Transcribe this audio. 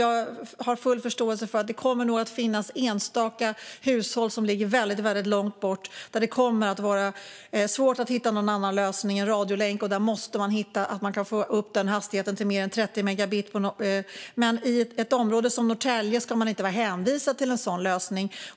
Jag har full förståelse för att det nog kommer att finnas enstaka hushåll som ligger väldigt långt bort för vilka det kommer att vara svårt att hitta någon annan lösning än radiolänk. Där måste hastigheten komma upp i mer än 30 megabit. Men i ett område som Norrtälje ska man inte vara hänvisad till en sådan lösning.